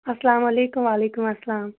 اَسلامُ علیکُم وعلیکُم اسلام